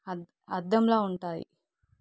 అద్ అద్దంలా ఉంటాయి